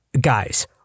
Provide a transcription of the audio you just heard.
Guys